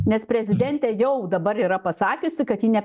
nes prezidentė jau dabar yra pasakiusi kad ji ne